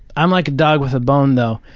i'm like a dog with a bone, though.